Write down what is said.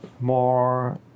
more